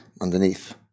underneath